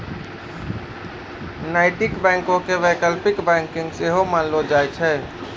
नैतिक बैंको के वैकल्पिक बैंकिंग सेहो मानलो जाय छै